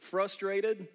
Frustrated